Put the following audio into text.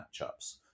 matchups